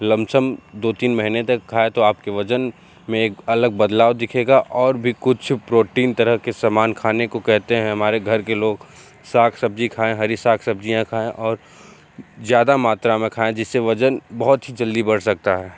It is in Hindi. लमसम दो तीन महीने तक खाए तो आप के वज़न में एक अलग बदलाव दिखेगा और भी कुछ प्रोटीन तरह के समान खाने को कहते हैं हमारे घर के लोग साग सब्ज़ी खाएँ हरी साग सब्ज़ियाँ खाएं और ज़्यादा मात्रा में खाएं जिससे वज़न बहुत ही जल्दी बढ़ सकता है